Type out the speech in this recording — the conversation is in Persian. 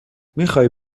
میخای